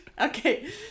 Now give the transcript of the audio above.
Okay